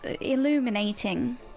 illuminating